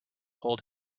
hold